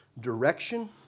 Direction